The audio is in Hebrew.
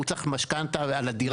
הוא צריך משכנתא על הדירה שלו.